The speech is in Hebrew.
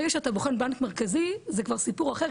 ברגע שאתה בוחן בנק מרכזי זה כבר סיפור אחר,